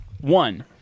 One